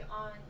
on